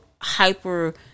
hyper